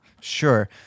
sure